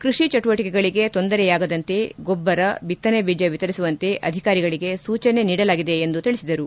ಕೃಷಿ ಚಟುವಟಿಕೆಗಳಗೆ ತೊಂದರೆಯಾಗದಂತೆ ಗೊಬ್ಬರ ಬಿತ್ತನೆ ಬೀಜ ವಿತರಿಸುವಂತೆ ಅಧಿಕಾರಿಗಳಗೆ ಸೂಚನೆ ನೀಡಲಾಗಿದೆ ಎಂದು ತಿಳಿಸಿದರು